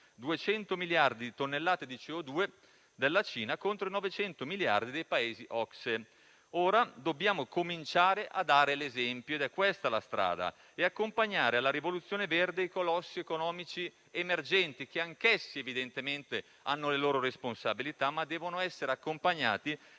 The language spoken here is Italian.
200 miliardi di tonnellate di CO₂ della Cina contro i 900 miliardi dei Paesi OCSE. Ora dobbiamo cominciare a dare l'esempio ed è questa la strada, accompagnando alla rivoluzione verde i colossi economici emergenti. Anch'essi, evidentemente, hanno le loro responsabilità, ma devono essere accompagnati